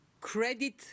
credit